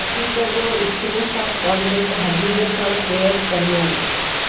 रसीद जो screenshot contact Habib सां शेयर कयो